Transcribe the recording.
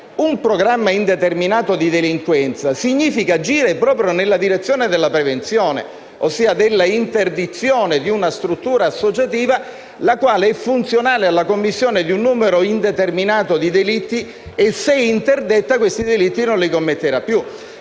un programma indeterminato di delinquenza, significa agire proprio nella direzione della prevenzione, ossia della interdizione di una struttura associativa funzionale alla commissione di un numero indeterminato di delitti che, se interdetta, non commetterà più